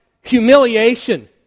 Humiliation